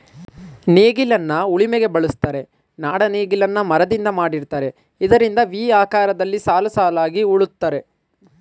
ನೇಗಿಲನ್ನ ಉಳಿಮೆಗೆ ಬಳುಸ್ತರೆ, ನಾಡ ನೇಗಿಲನ್ನ ಮರದಿಂದ ಮಾಡಿರ್ತರೆ ಇದರಿಂದ ವಿ ಆಕಾರದಲ್ಲಿ ಸಾಲುಸಾಲಾಗಿ ಉಳುತ್ತರೆ